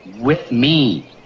with me.